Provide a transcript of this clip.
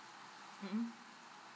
mm